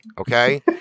okay